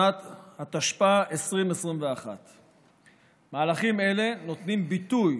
התשפ"א 2021. מהלכים אלה נותנים ביטוי